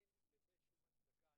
אין לאלימות שום הצדקה.